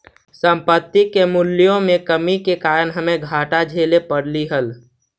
संपत्ति के मूल्यों में कमी के कारण हमे घाटा झेले पड़लइ हल